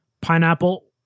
pineapple